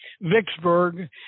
Vicksburg